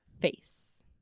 face